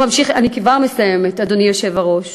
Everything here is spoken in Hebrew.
אני כבר מסיימת, אדוני היושב-ראש,